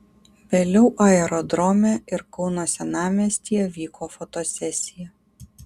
vėliau aerodrome ir kauno senamiestyje vyko fotosesija